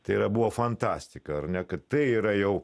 tai yra buvo fantastika ar ne kad tai yra jau